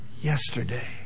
Yesterday